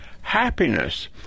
happiness